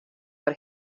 foar